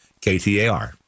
KTAR